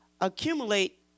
accumulate